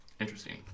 Interesting